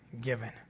given